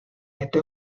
este